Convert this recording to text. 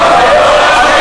שאתה אומר שהוא רוצה,